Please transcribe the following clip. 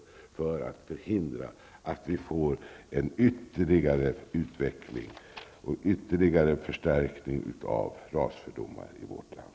Detta för att förhindra att vi får en utveckling mot ytterligare förstärkning av rasfördomar i vårt land.